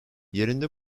yerinde